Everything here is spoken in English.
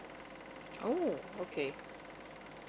oh okay